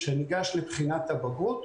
כשהוא ניגש לבחינת הבגרות,